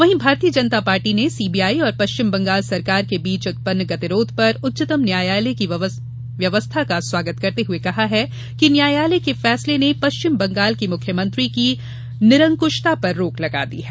वहीं भारतीय जनता पार्टी ने सीबीआई और पश्चिम बंगाल सरकार के बीच उत्पन्न गतिरोध पर उच्चतम न्यायालय की व्यावस्थाए का स्वागत करते हुए कहा है कि न्यायालय के फैसले ने पश्चिम बंगाल की मुख्यमंत्री की निरंकुशता पर रोक लगा दी है